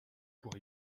pour